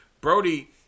Brody